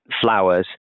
flowers